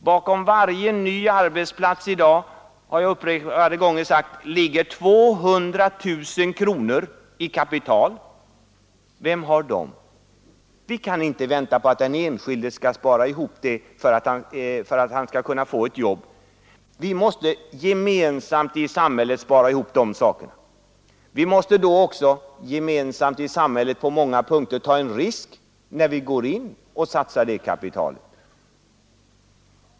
Bakom varje ny arbetsplats i dag, har jag upprepade gånger sagt, ligger 200 000 kronor i kapital. Vem har dem? Vi kan inte vänta att den enskilde skall spara ihop detta för att han skall kunna få ett jobb. Vi måste gemensamt i samhället spara ihop detta kapital. Vi måste då också gemensamt i samhället på många punkter ta en risk, när vi går in och satsar det kapitalet.